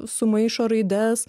sumaišo raides